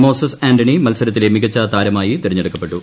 Moses Antony മത്സരത്തിലെ മികച്ച ത്ര്മായി തിരഞ്ഞെടുക്കപ്പെട്ടു